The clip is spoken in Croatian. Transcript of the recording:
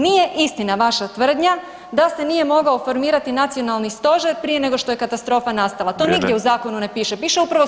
Nije istina vaša tvrdnja da se nije mogao formirati nacionalni stožer prije nego što je katastrofa nastala [[Upadica: Vrijeme]] To nigdje u zakonu ne piše, piše upravo suprotno.